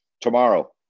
Tomorrow